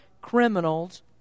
criminals